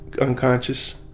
unconscious